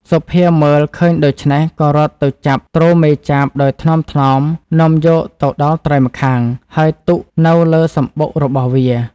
សុភាមើល ឃើញដូច្នេះក៏រត់ទៅចាប់ទ្រមេចាបដោយថ្នមៗនាំយកទៅដល់ត្រើយម្ខាង ហើយទុកនៅលើសំបុករបស់វា ។